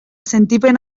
sentipen